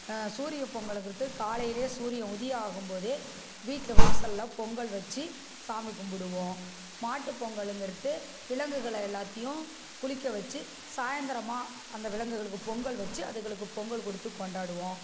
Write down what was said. சூரிய பொங்கலுங்கிறது காலைலையே சூரியன் உதியம் ஆகும்போதே வீட்டில் வாசலில் பொங்கல் வச்சி சாமி கும்பிடுவோம் மாட்டு பொங்கலுங்கிறது விலங்குகளை எல்லாத்தியும் குளிக்க வச்சி சாயிந்தரமாக அந்த விலங்குகளுக்கு பொங்கல் வச்சி அதுகளுக்கு பொங்கல் கொடுத்து கொண்டாடுவோம்